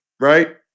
right